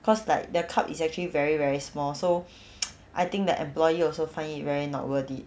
cause like their cup is actually very very small so I think the employee also find it very not worth it